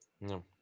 No